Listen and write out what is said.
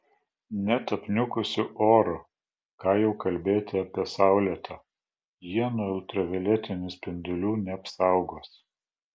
net apniukusiu oru ką jau kalbėti apie saulėtą jie nuo ultravioletinių spindulių neapsaugos